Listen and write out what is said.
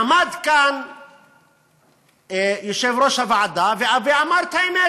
עמד כאן יושב-ראש הוועדה ואמר את האמת,